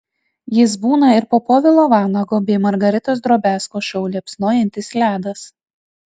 jis būna ir po povilo vanago bei margaritos drobiazko šou liepsnojantis ledas